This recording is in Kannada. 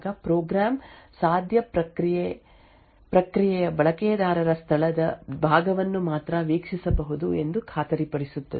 ಆದ್ದರಿಂದ ರಿಂಗ್ 0 ರಿಂಗ್ 1 ರಿಂಗ್ 2 ಮತ್ತು ರಿಂಗ್ 3 ನಂತಹ ವಿವಿಧ ರಕ್ಷಣಾ ಕಾರ್ಯವಿಧಾನಗಳು ನೀವು ಬಳಕೆದಾರ ಮೋಡ್ ನಲ್ಲಿ ಚಾಲನೆಯಲ್ಲಿರುವಾಗ ಪ್ರೋಗ್ರಾಂ ಸಾಧ್ಯ ಪ್ರಕ್ರಿಯೆಯ ಬಳಕೆದಾರರ ಸ್ಥಳದ ಭಾಗವನ್ನು ಮಾತ್ರ ವೀಕ್ಷಿಸಬಹುದು ಎಂದು ಖಾತರಿಪಡಿಸುತ್ತದೆ